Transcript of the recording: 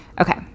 Okay